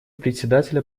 председателя